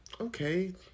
okay